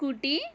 scooty